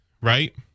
right